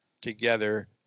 together